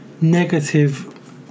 negative